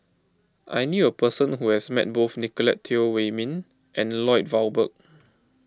I knew a person who has met both Nicolette Teo Wei Min and Lloyd Valberg